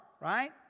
right